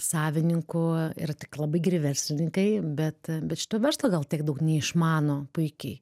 savininkų yra tik labai geri verslininkai bet bet šito verslo gal tiek daug neišmano puikiai